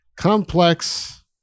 complex